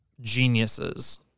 geniuses